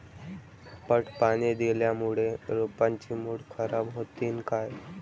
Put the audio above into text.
पट पाणी दिल्यामूळे रोपाची मुळ खराब होतीन काय?